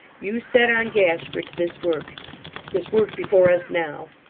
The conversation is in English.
you set on gashford to this work this work before us now.